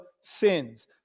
sins